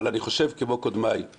אבל אני חושב כמו קודמיי.